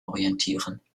orientieren